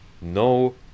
no